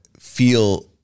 feel